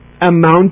amount